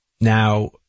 now